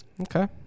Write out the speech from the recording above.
Okay